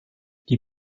die